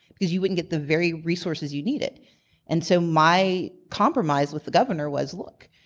because you wouldn't get the very resources you needed. and so my compromise with the governor was, look,